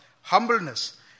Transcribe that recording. humbleness